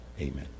Amen